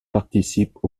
participent